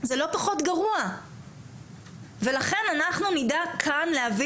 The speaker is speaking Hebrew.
זה לא פחות גרוע ולכן אנחנו נדאג כאן להביא